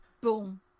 Boom